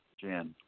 Jan